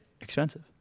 expensive